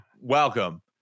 Welcome